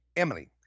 Emily